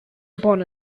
upon